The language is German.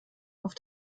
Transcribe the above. auf